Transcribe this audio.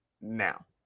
Now